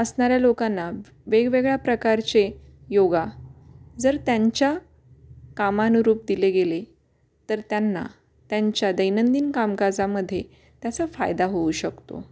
असणाऱ्या लोकांना वेगवेगळ्या प्रकारचे योगा जर त्यांच्या कामानुरूप दिले गेले तर त्यांना त्यांच्या दैनंदिन कामकाजामध्ये त्याचा फायदा होऊ शकतो